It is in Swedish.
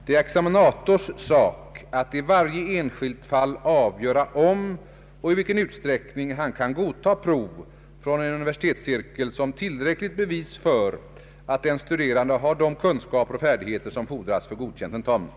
Det är examinators sak att i varje enskilt fall avgöra om och i vilken utsträckning han kan godtaga prov från en universitetscirkel som tillräckligt bevis för att den studerande har de kunskaper och färdigheter som fordras för godkänd tentamen.